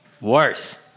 Worse